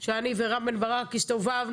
שאני ורם בן ברק הסתובבנו.